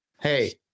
hey